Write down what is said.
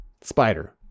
Spider